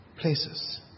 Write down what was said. places